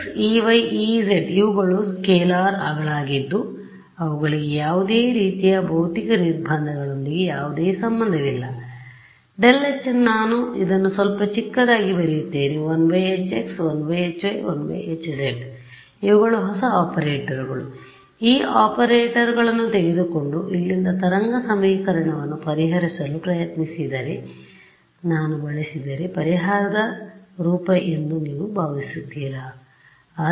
ex ey ez ಇವುಗಳು ಸ್ಕೇಲರ್ಗಳಾಗಿದ್ದು ಅವುಗಳಿಗೆ ಯಾವುದೇ ರೀತಿಯ ಭೌತಿಕ ನಿರ್ಬಂಧಗಳೊಂದಿಗೆ ಯಾವುದೇ ಸಂಬಂಧವಿಲ್ಲ ∇h ನಾನು ಇದನ್ನು ಸ್ವಲ್ಪ ಚಿಕ್ಕದಾಗಿ ಬರೆಯುತ್ತೇನೆ 1hx 1hy 1hz ಇವುಗಳು ಹೊಸ ಆಪರೇಟರ್ಗಳು ಈ ಆಪರೇಟರ್ಗಳನ್ನು ತೆಗೆದುಕೊಂಡು ಇಲ್ಲಿಂದ ತರಂಗ ಸಮೀಕರಣವನ್ನು ಪರಿಹರಿಸಲು ಪ್ರಯತ್ನಿಸಿದರೆ ನಾನು ಬಳಸಿದರೆ ಪರಿಹಾರದ ರೂಪ ಎಂದು ನೀವು ಭಾವಿಸುತ್ತೀರಾ